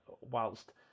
whilst